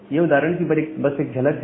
यह उदाहरण की बस एक झलक है